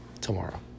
tomorrow